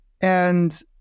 And-